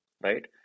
right